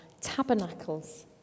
Tabernacles